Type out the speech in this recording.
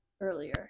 earlier